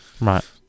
Right